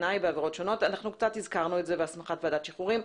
תנאי בעבירות שונות - קצת הזכרנו את זה - והסמכת ועדת שחרורים.